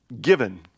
given